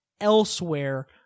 elsewhere